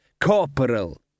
corporal